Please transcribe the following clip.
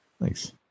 Thanks